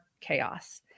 chaos